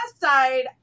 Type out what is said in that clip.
side